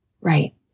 Right